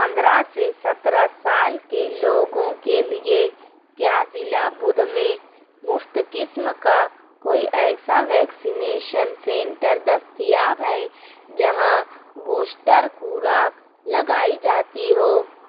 پندرہ سے سترہ سال کے لوگوں کے لیے کیا ضلع بدھ میں مفت قسم کا کوئی ایسا ویکسینیشن سنٹر دستیاب ہے جہاں بوسٹر خوراک لگائی جاتی ہو